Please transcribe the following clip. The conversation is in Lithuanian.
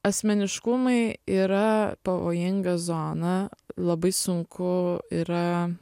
asmeniškumai yra pavojinga zona labai sunku yra